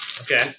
Okay